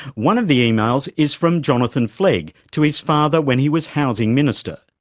one of the emails is from jonathon flegg to his father when he was housing minister.